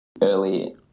early